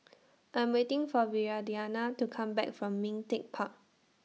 I'm waiting For Viridiana to Come Back from Ming Teck Park